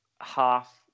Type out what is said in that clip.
half